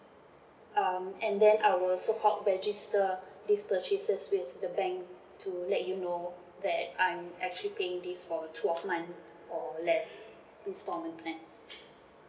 um and then I will so called register this purchases with the bank to let you know that I'm actually paying this for twelve month or less instalment plan